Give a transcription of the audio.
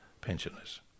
pensioners